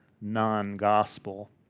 non-gospel